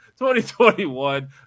2021